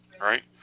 Right